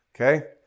okay